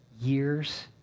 years